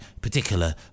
particular